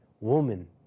woman